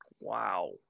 Wow